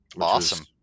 Awesome